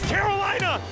Carolina